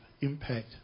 impact